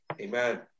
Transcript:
Amen